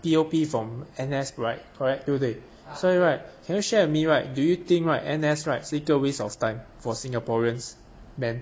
P_O_P from N_S right correct 对不对所以 right can you share with me right do you think right N_S right 是一个 waste of time for singaporean men